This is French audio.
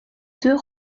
deux